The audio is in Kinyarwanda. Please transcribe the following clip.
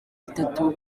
bitatu